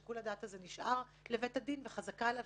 שיקול הדעת הזה נשאר לבית הדין וחזקה עליו